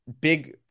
Big